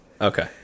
Okay